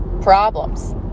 problems